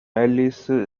ellis